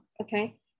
Okay